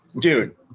Dude